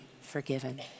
forgiven